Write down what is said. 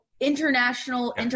international